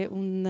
un